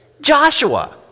Joshua